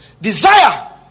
Desire